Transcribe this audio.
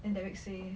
then derek said